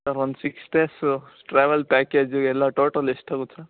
sir ಒಂದು six days travel package ಎಲ್ಲ total ಎಷ್ಟಾಗುತ್ತೆ ಸರ್